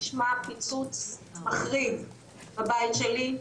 נשמע פיצוץ מחריד בבית שלי.